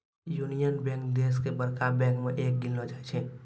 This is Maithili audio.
यूनियन बैंक देश के बड़का बैंक मे एक गिनलो जाय छै